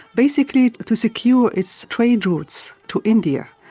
basically to secure its trade routes to india.